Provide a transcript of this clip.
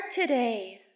today